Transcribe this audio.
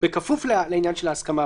בכפוף לעניין של ההסכמה.